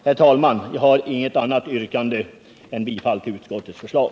Herr talman! Jag har inget annat yrkande än bifall till utskottets förslag.